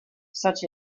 such